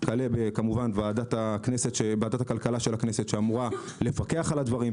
וכלה כמובן בוועדת הכלכלה של הכנסת שאמורה לפקח על הדברים.